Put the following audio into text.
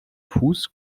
fuß